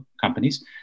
companies